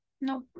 No